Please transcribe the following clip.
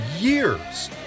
years